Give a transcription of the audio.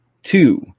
Two